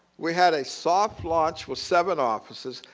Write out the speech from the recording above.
we had a soft launch with seven offices,